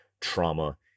trauma